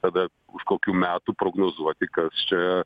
tada už kokių metų prognozuoti kas čia